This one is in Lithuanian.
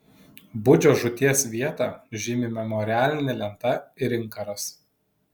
budžio žūties vietą žymi memorialinė lenta ir inkaras